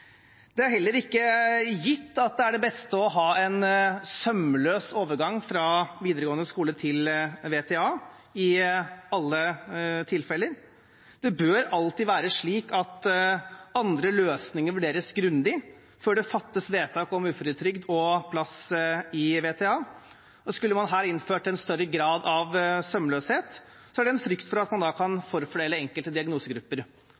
Det er heller ikke gitt at det beste er å ha en sømløs overgang fra videregående skole til VTA i alle tilfeller. Det bør alltid være slik at andre løsninger vurderes grundig før det fattes vedtak om uføretrygd og plass i VTA. Skulle man innført en større grad av sømløshet, er det en frykt for at man kan forfordele enkelte diagnosegrupper.